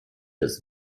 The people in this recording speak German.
des